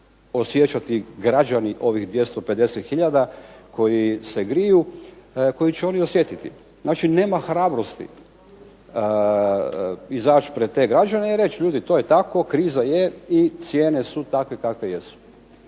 osjećati građani, ovih 250 tisuća koji se griju, koji će oni osjetiti. Znači nema hrabrosti izaći pred te građane i reći ljudi, to je tako, kriza je i cijene su takve kakve jesu.